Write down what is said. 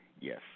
yes